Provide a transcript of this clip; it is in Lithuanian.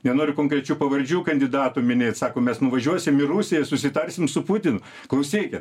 nenoriu konkrečių pavardžių kandidatų minėt sako mes nuvažiuosim į rusiją ir susitarsim su putinu klausykit